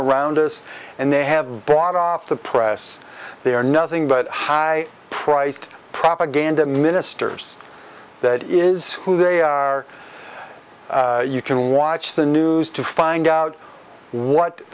around us and they have bought off the press they are nothing but high priced propaganda ministers that is who they are you can watch the news to find out what